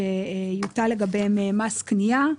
אז ביחס לטבק לגלגול היו שונים משיעורי המס לגבי הסיגריות.